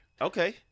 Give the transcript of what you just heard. Okay